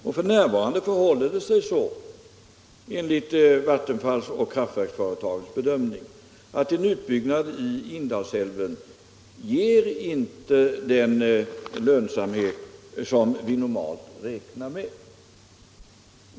F. n. förhåller det sig så, enligt vattenfalls och kraftsverksföretagens bedömning, att en utbyggnad i Indalsälven inte ger den lönsamhet som vi normalt räknar med.